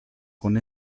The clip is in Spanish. con